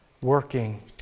working